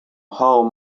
home